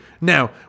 Now